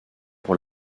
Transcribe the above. pour